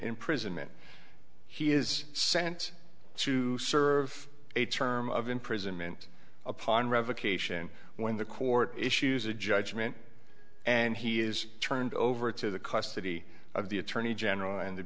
imprisonment he is sent to serve a term of imprisonment upon revocation when the court issues a judgment and he is turned over to the custody of the attorney general and the